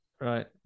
Right